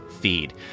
feed